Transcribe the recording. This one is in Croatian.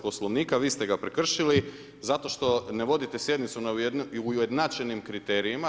Poslovnika, vi ste ga prekršili zato što ne vodite sjednicu ujednačenim kriterijima.